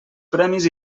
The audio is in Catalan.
premis